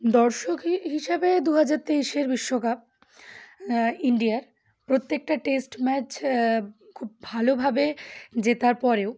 দর্শক হিসাবে দু হাজার তেইশের বিশ্বকাপ ইন্ডিয়ার প্রত্যেকটা টেস্ট ম্যাচ খুব ভালোভাবে জেতার পরেও